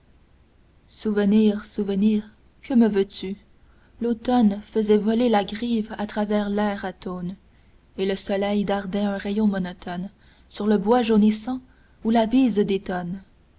souvenir souvenir que me veux-tu l'automne faisait voler la grive à travers l'air atone et le soleil dardait un rayon monotone sur le bois jaunissant où la bise